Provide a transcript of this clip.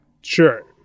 Sure